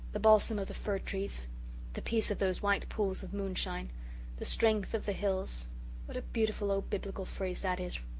the balsam of the fir-trees the of those white pools of moonshine the strength of the hills' what a beautiful old biblical phrase that is.